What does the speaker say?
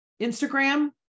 Instagram